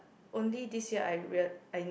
only this year I real~ I